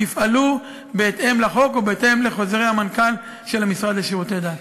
יפעלו בהתאם לחוק ובהתאם לחוזרי המנכ"ל של המשרד לשירותי דת.